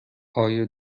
آیا